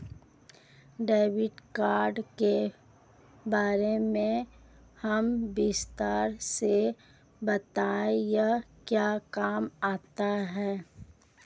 Debit card के बारे में हमें विस्तार से बताएं यह क्या काम आता है?